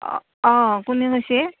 অঁ অঁ কোনে কৈছে